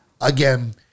again